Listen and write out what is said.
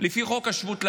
לעלות לפי חוק השבות.